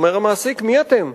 אומר המעסיק: מי אתם?